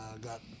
got